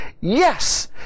Yes